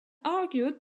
argued